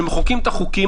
כשמחוקקים את החוקים,